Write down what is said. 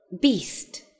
beast